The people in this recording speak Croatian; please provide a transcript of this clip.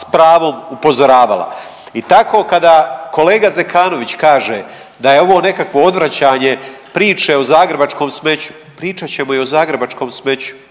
s pravom upozoravala. I tako kada kolega Zekanović kaže da je ovo nekakvo odvraćanje priče o zagrebačkom smeću, pričat ćemo i o zagrebačkom smeću